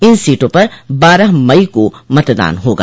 इन सीटों पर बारह मई को मतदान होगा